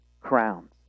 crowns